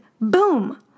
Boom